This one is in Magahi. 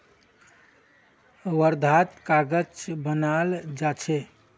वर्धात कागज बनाल जा छे